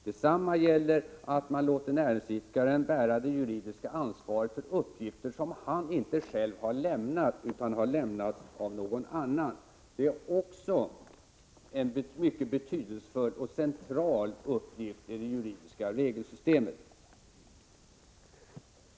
Detsamma gäller förslaget att näringsidkare skall bära det juridiska ansvaret för uppgifter som han själv inte har lämnat utan som har lämnats av någon annan. Det är också en mycket betydelsefull och central uppgift i det juridiska regelsystemet.